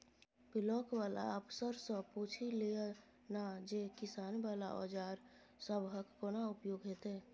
Block बला अफसरसँ पुछि लए ना जे किसानी बला औजार सबहक कोना उपयोग हेतै?